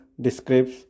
describes